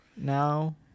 now